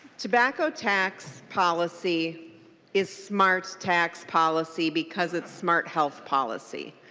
tobacco tax policy is smart tax policy because it smart health policy.